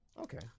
Okay